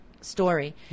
story